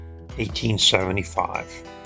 1875